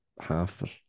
half